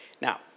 Now